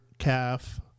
Calf